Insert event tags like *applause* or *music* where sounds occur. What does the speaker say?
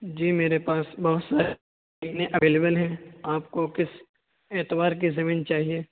جی میرے پاس بہت سارے *unintelligible* اویلبل ہیں آپ کو کس اعتبار کی زمین چاہیے